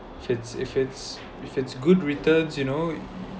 if it's if it's if it's good returns you know